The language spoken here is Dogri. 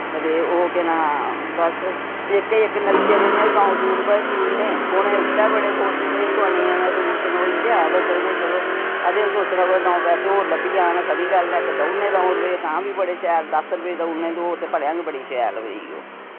ते ओह् केह् नां बस इक इक नलकिये कन्नै दौं सूट वा सी ओड़ने उनें उत्ते बड़े खुश भाई चोआनियै नै सूट सिलोइया वा चलो असें बी सोचना कुतै दौं पैसे और लब्भी जाह्न खरी गल्ल ऐ कुतै देई ओड़ने दौं रपे तां बी बड़े शैल दस रपे देई ओड़ने ते ओह् ते भलेआं गै बड़ी शैल होई ओह्